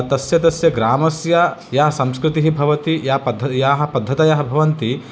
तस्य तस्य ग्रामस्य या संस्कृतिः भवति या पद्धति याः पद्धतयः भवन्ति